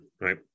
right